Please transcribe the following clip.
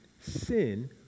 sin